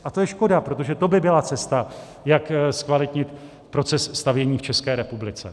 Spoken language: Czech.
A to je škoda, protože to by byla cesta, jak zkvalitnit proces stavění v České republice.